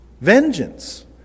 Vengeance